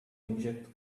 inject